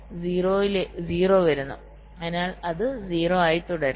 അതിനാൽ അത് 0 ആയി തുടരും